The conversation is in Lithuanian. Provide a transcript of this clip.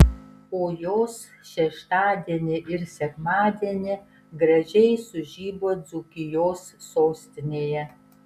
o jos šeštadienį ir sekmadienį gražiai sužibo dzūkijos sostinėje